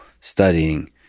studying